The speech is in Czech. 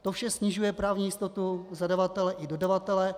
To vše snižuje právní jistotu zadavatele i dodavatele.